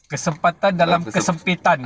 kesempatan dalam kesempitan